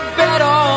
better